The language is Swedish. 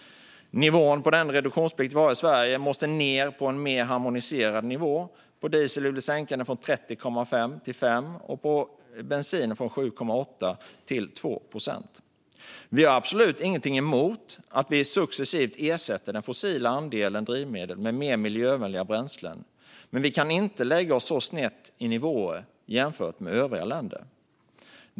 Nivån på den reduktionsplikt vi har i Sverige måste ned på en mer harmoniserad nivå. På diesel vill vi sänka den från 30,5 procent till 5 procent och på bensin från 7,8 till 2 procent. Vi har absolut ingenting emot att vi successivt ersätter den fossila andelen drivmedel med mer miljövänliga bränslen. Men vi kan inte lägga oss så snett i nivåer jämfört med övriga länder.